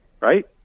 Right